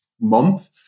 month